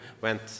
went